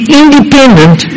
independent